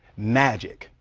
magic,